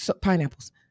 Pineapples